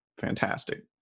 Fantastic